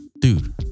Dude